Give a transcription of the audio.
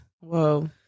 whoa